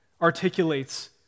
articulates